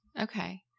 Okay